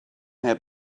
had